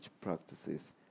practices